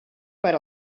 per